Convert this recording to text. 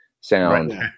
sound